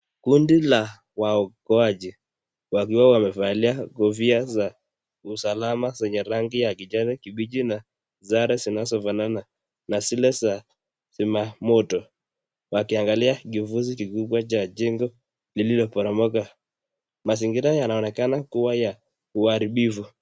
Kundi la waokoaji wakiwa wamevalia kofia za usalama zenye rangi ya kijani kibichi na sare zinazofanana na zile za zima moto wakiangalia kifuzi kikubwa cha jengo lililoporomoka. Mazingira yanaonekana kuwa ya uharibifu.